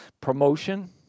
Promotion